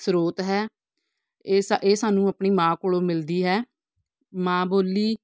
ਸਰੋਤ ਹੈ ਇਹ ਸਾ ਇਹ ਸਾਨੂੰ ਆਪਣੀ ਮਾਂ ਕੋਲੋਂ ਮਿਲਦੀ ਹੈ ਮਾਂ ਬੋਲੀ